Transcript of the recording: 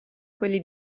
quelli